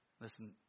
Listen